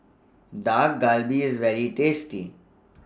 Dak Galbi IS very tasty